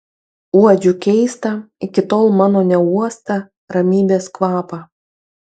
uodžiu keistą iki tol mano neuostą ramybės kvapą